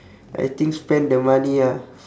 I think spend the money ah